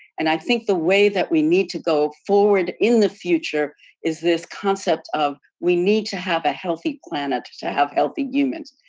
and i think the way that we need to go forward in the future is this concept of we need to have a healthy planet to have healthy humans.